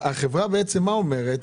החברה אומרת?